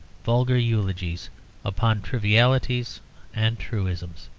vulgar eulogies upon trivialities and truisms.